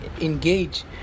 engage